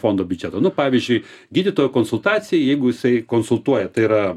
fondo biudžeto nu pavyzdžiui gydytojo konsultacija jeigu jisai konsultuoja tai yra